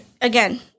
again